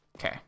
Okay